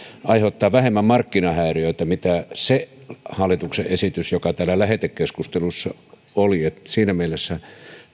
ja aiheuttaa vähemmän markkinahäiriöitä kuin se hallituksen esitys joka täällä lähetekeskustelussa oli siinä mielessä